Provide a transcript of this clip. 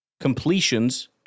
completions